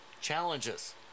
challenges